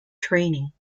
training